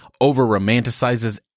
over-romanticizes